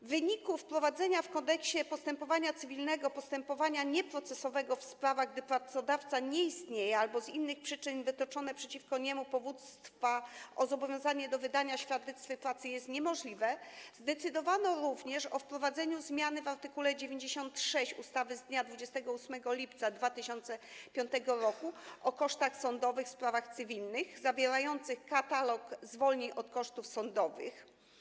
W wyniku wprowadzenia w Kodeksie postępowania cywilnego postępowania nieprocesowego w sprawach, gdy pracodawca nie istnieje albo z innych przyczyn wytoczone przeciwko niemu powództwa o zobowiązanie do wydania świadectw pracy jest niemożliwe, zdecydowano również o wprowadzeniu zmiany w art. 96 ustawy z dnia 28 lipca 2005 r. o kosztach sądowych w sprawach cywilnych zawierającym katalog zwolnień od kosztów sądowych.